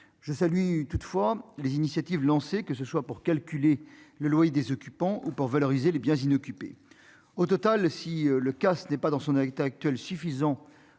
je salue toutefois les initiatives lancées, que ce soit pour calculer le loyer des occupants ou pour valoriser les biens inoccupés, au total, si le cas ce n'est pas dans son état actuel suffisant